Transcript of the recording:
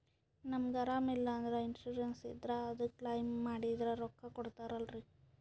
ನಮಗ ಅರಾಮ ಇಲ್ಲಂದ್ರ ಇನ್ಸೂರೆನ್ಸ್ ಇದ್ರ ಅದು ಕ್ಲೈಮ ಮಾಡಿದ್ರ ರೊಕ್ಕ ಕೊಡ್ತಾರಲ್ರಿ?